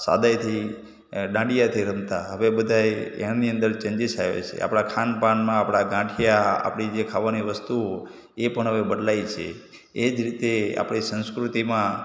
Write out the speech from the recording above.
સાદાઇથી દાંડિયાથી રમતા હવે બધાય એની અંદર ચેન્જીસ આવ્યા છે આપણાં ખાન પાનમાં આપણા ગાંઠિયા આપણી જે ખાવાની વસ્તુઓ એ પણ હવે બદલાઈ છે એ જ રીતે આપણી સંસ્કૃતિમાં